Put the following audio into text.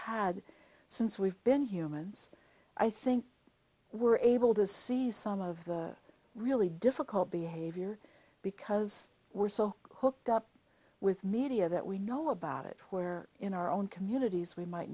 had since we've been humans i think we're able to see some of the really difficult behavior because we're so hoped up with media that we know about it where in our own communities we might